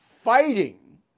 fighting